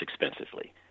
expensively